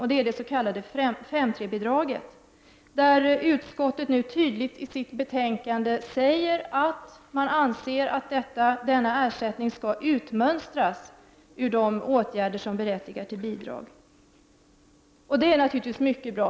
Det gäller det s.k. 5 § 3-bidraget, där utskottet nu i sitt betänkande tydligt uttalar att man anser att denna ersättning skall utmönstras. Det är naturligtvis mycket bra.